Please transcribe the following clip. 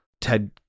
Ted